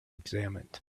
examined